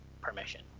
permission